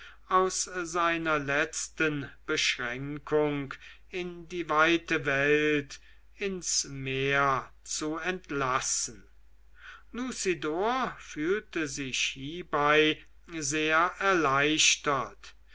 aus seiner letzten beschränkung in die weite welt ins meer zu entlassen lucidor fühlte sich hiebei sehr erleichtert